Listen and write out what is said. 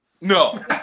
No